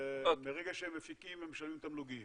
מרגע שהם מפיקים הם משלמים תמלוגים.